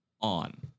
on